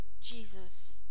Jesus